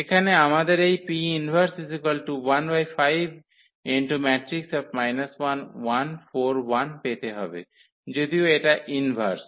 এখানে আমাদের এই পেতে হবে যদিও এটা ইনভার্স